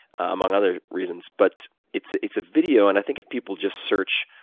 among other reasons. but it's it's a video. and i think if people just search